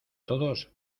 todos